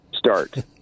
start